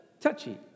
Touchy